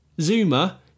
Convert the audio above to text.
Zuma